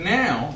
now